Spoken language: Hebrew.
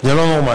זה לא נורמלי.